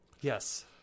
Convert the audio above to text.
Yes